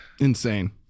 Insane